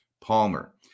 palmer